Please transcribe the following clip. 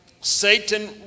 Satan